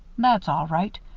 that's all right.